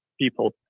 people